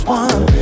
one